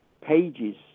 pages